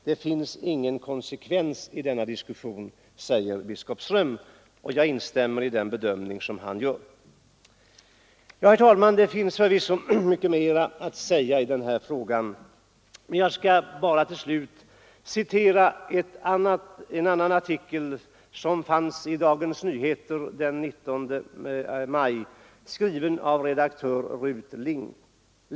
Det finns ingen konsekvens i denna diskussion.” Detta säger alltså biskop Ström, och jag instämmer i den bedömning som han gör. Herr talman! Det finns förvisso mycket mer att säga i den här frågan. Men jag skall bara till slut citera en artikel som var införd i Dagens Nyheter den 19 maj, skriven av redaktör Ruth Link.